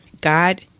God